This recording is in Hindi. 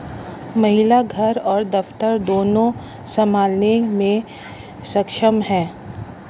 महिला घर और दफ्तर दोनो संभालने में सक्षम हैं